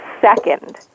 second